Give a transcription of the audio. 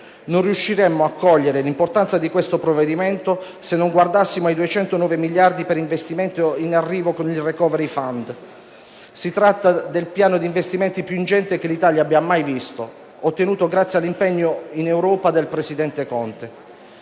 Non riusciremmo a cogliere l'importanza di questo provvedimento se non guardassimo ai 209 miliardi per investimenti in arrivo con il *recovery fund.* Si tratta del piano di investimenti più ingente che l'Italia abbia mai visto, ottenuto grazie all'impegno in Europa del presidente Conte.